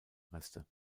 reste